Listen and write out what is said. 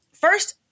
first